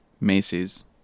Macy's